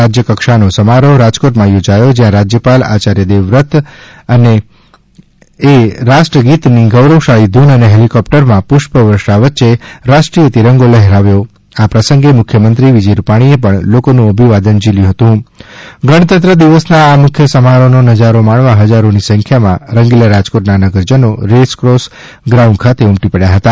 રાજ્યકક્ષાનો સમારોહ રાજકોટમાં યોજાયો જ્યાં રાજયપાલશ્રી આયાર્ય દેવવ્રતજી એ રાષ્ટ્રગીતની ગૌરવશાળી ધૂન ૈ ને હેલિકોપ્ટરમાં પુષ્પવર્ષા વચ્ચે રાષ્ટ્રીય તિરંગો લહેરાવ્યો આ પ્રસંગે મુખ્ય મંત્રી શ્રી વિજય રૂપાણીએ પણ લોકોનું ભિવાદન ઝીલ્યું હતું ગણતંત્ર દિવસના આ મુખ્ય સમારોહનો નજારો માણવા હજારોની સંખ્યામાં રંગીલા રાજકોટના નગરજનો રેસકોર્સ ગ્રાઉન્ડ ખાતે ઉમટી પડયા હતા